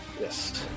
Yes